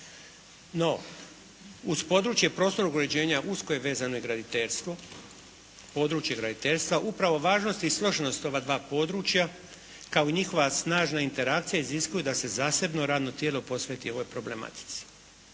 No, uz područje prostornog uređenje usko je vezano i područje graditeljstva. Upravo važnost i složenost ova dva područja kao i njihova snažna interakcija iziskuje da se zasebno radno tijelo posveti ovoj problematici.